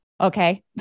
okay